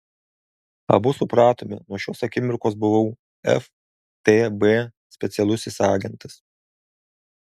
abu supratome nuo šios akimirkos buvau ftb specialusis agentas